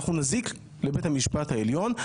אנחנו נזיק לבית המשפט העליון.